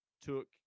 took